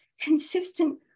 consistent